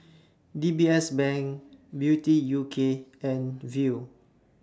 D B S Bank Beauty U K and Viu